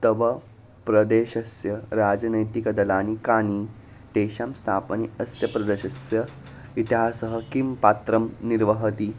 तव प्रदेशस्य राजनैतिकदलानि कानि तेषां स्थापने अस्य प्रदेशस्य इतिहासः किं पात्रं निर्वहति